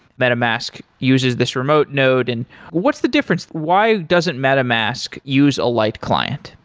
metamask uses this remote node, and what's the difference? why doesn't metamask use a light client?